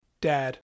Dad